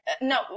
No